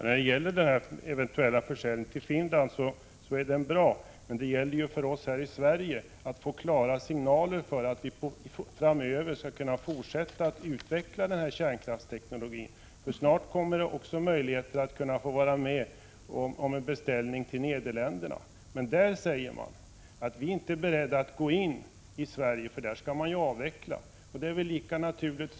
Fru talman! Den eventuella försäljningen till Finland är bra, men det gäller ju för oss här i Sverige att få klara signaler om att vi framöver kan fortsätta att utveckla kärnkraftsteknologin. Snart får vi också möjlighet att vara med och konkurrera om en beställning till Nederländerna. Men där säger man: Vi är inte beredda att gå in i Sverige — där skall man ju avveckla. Och det är väl naturligt.